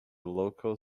local